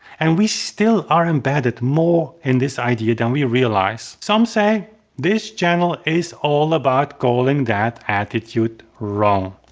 and we still are embedded more in this idea than we realize. some say this channel is all about calling that attitude wrong.